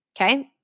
Okay